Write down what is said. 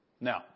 Now